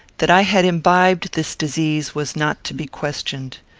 that i had imbibed this disease was not to be questioned.